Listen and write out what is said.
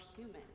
human